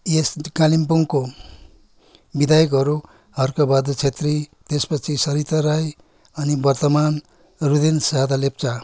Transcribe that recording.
यस कालिम्पोङको विधायकहरू हर्कबहादुर छेत्री त्यसपछि सरिता राई अनि वर्तमान रुदेन सादा लेप्चा